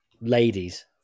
ladies